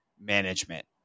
management